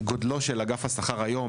גודלו של אגף השכר היום,